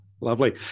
Lovely